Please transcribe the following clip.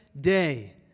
day